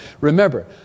Remember